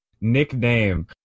nickname